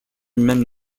même